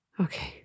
Okay